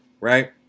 right